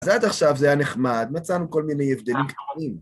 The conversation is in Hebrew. עד עכשיו זה היה נחמד, מצאנו כל מיני הבדלים קטנים.